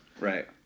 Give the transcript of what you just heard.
Right